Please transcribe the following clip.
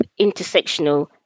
intersectional